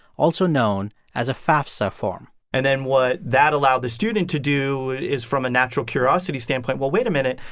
also known as a fafsa form and then what that allowed the student to do is from a natural curiosity standpoint well, wait a minute,